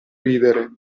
ridere